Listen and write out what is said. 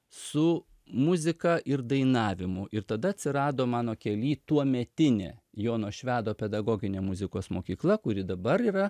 su muzika ir dainavimu ir tada atsirado mano kely tuometinė jono švedo pedagoginė muzikos mokykla kuri dabar yra